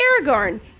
Aragorn